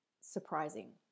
surprising